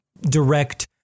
direct